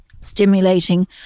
stimulating